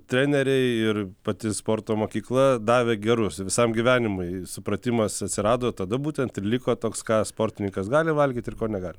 treneriai ir pati sporto mokykla davė gerus visam gyvenimui supratimas atsirado tada būtent ir liko toks ką sportininkas gali valgyt ir ko negali